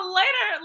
later